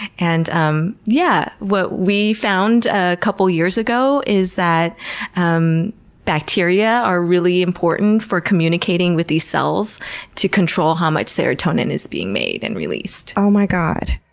and um yeah what we found a couple years ago is that um bacteria are really important for communicating with these cells to control how much serotonin is being made and released. oh my god.